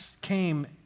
came